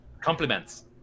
compliments